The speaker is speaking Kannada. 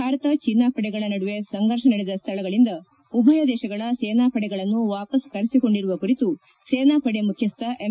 ಭಾರತ ಚೀನಾ ಪಡೆಗಳ ನಡುವೆ ಸಂಫರ್ಷ ನಡೆದ ಸ್ವಳಗಳಿಂದ ಉಭಯ ದೇತಗಳ ಸೇನಾ ಪಡೆಗಳನ್ನು ವಾಪಸ್ ಕರೆಸಿಕೊಂಡಿರುವ ಕುರಿತು ಸೇನಾ ಪಡೆ ಮುಖ್ಚಸ್ವ ಎಂ